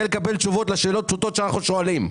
לקבל תשובות לשאלות הפשוטות שאנחנו שואלים.